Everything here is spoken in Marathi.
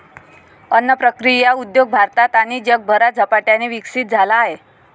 अन्न प्रक्रिया उद्योग भारतात आणि जगभरात झपाट्याने विकसित झाला आहे